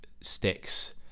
sticks